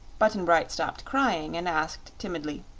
button-bright stopped crying and asked timidly